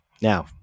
now